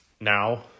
now